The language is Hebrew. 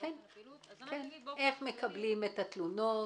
איך מקבלים את התלונות,